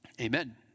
Amen